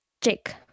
Jake